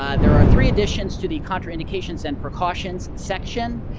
ah there are three additions to the contraindications and precautions section.